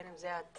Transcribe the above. בין אם זה צה"ל,